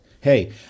hey